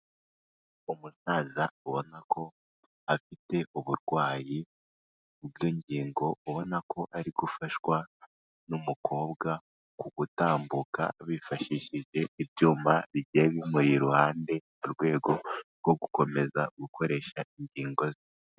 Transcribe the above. Umusaza ubona ko afite uburwayi bw'ingingo ubona ko ari gufashwa n'umukobwa ku gutambuka bifashishije ibyuma bigiye bimuri iruhande, mu rwego rwo gukomeza gukoresha ingingo ze.